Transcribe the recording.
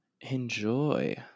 Enjoy